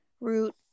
root